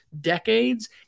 decades